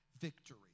victory